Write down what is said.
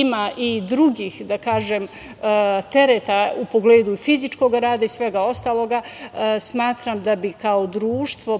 ima i drugih tereta u pogledu fizičkog rada i svega ostalog, smatram da bi kao društvo